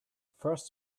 first